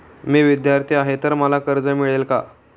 मी विद्यार्थी आहे तर मला कर्ज मिळेल का?